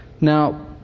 Now